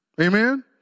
Amen